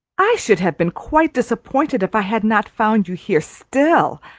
i should have been quite disappointed if i had not found you here still,